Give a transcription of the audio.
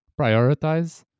prioritize